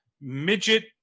midget